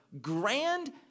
grand